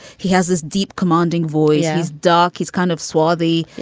he has this deep commanding voice. he's dark. he's kind of swarthy.